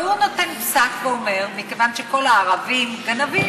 והוא נותן פסק ואומר שמכיוון שכל הערבים גנבים,